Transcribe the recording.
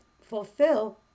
fulfill